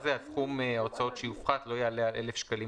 לסכום: ההוצאות שיופחתו לא יעלו על 1,000 שקלים